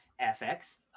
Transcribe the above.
FX